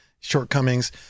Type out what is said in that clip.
shortcomings